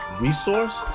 resource